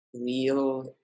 real